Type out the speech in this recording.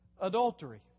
adultery